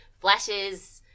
flashes